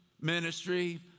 ministry